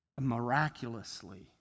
Miraculously